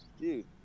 dude